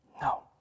no